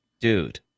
Dude